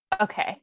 okay